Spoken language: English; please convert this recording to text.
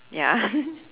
ya